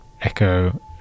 echo